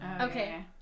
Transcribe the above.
Okay